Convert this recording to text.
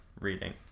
reading